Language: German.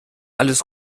alles